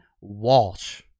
Walsh